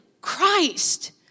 Christ